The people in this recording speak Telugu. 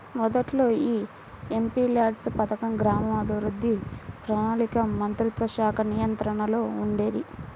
మొదట్లో యీ ఎంపీల్యాడ్స్ పథకం గ్రామీణాభివృద్ధి, ప్రణాళికా మంత్రిత్వశాఖ నియంత్రణలో ఉండేది